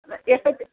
ಎಷ್ಟೊತ್ತಿಗೆ